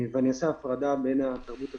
אני אעשה הפרדה בין התרבות הציבורית,